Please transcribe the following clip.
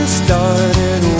started